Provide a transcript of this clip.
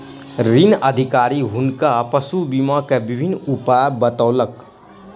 ऋण अधिकारी हुनका पशु बीमा के विभिन्न उपाय बतौलक